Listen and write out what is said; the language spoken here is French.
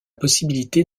possibilité